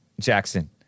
Jackson